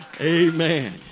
Amen